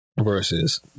versus